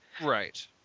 Right